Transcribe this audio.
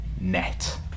net